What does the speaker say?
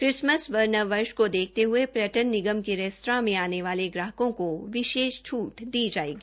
Christmas व नव वर्ष को देखते हये पर्यटन निगम के रेस्तरां मे आने वाले ग्राहको को विशेष छूट दी जायेगी